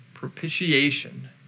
Propitiation